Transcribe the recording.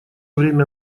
время